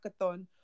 hackathon